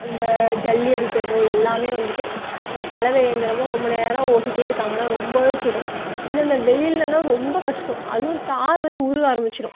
அந்த ஜல்லி அடிக்கிறதோ எல்லாமே வந்துட்டு அந்த கலவை இயந்திரமும் ரொம்ப நேரம் ஓட்டிகிட்டே இருக்காங்கனா ரொம்பவே சுடும் இதில் இந்த வெயில்லனா ரொம்ப கஷ்டம் அதுவும் தார் வந்து உருக ஆரம்மிச்சுடும்